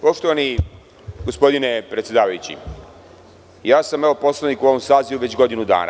Poštovani gospodine predsedavajući, ja sam poslanik u ovom sazivu već godinu dana.